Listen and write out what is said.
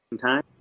time